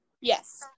Yes